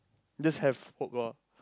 just have hope ah